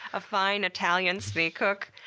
a fine italian snake hook.